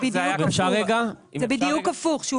זה בדיוק הפוך.